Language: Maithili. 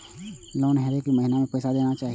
लोन हरेक महीना में पैसा देना चाहि?